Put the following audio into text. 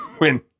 win